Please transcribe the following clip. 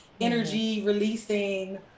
energy-releasing